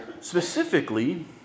Specifically